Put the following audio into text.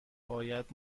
باید